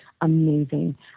amazing